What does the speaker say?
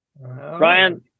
Ryan